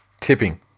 Tipping